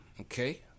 Okay